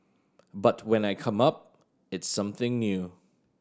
but when I come up it's something new